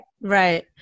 right